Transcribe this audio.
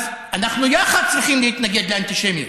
אז אנחנו יחד צריכים להתנגד לאנטישמיות,